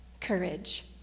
courage